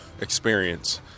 Experience